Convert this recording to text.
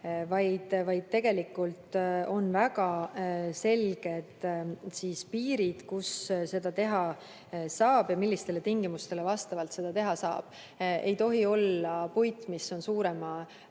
vaid tegelikult on väga selged piirid, kus ja millistele tingimustele vastavalt seda teha saab. See ei tohi olla puit, mis on suure